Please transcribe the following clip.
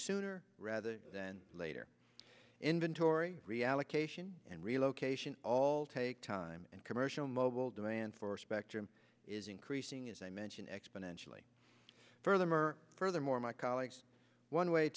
sooner rather than later inventory reallocation and relocation all take time and commercial mobile demand for spectrum is increasing as i mentioned exponentially for them or furthermore my colleagues one way